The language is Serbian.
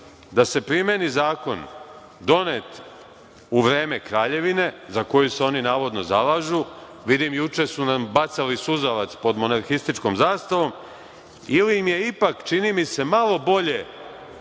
da se primeni zakon donet u vreme Kraljevine, za koju se oni navodno zalažu. Vidim, juče su nam bacali suzavac pod monarhističkom zastavom, ili im je ipak, čini mi se, malo bolje